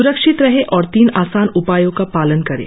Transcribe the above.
सुरक्षित रहें और तीन आसान उपायों का पालन करें